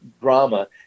drama